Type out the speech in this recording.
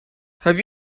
have